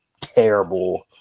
terrible